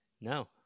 No